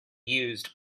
used